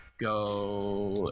Go